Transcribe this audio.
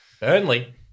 Burnley